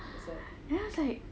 I was like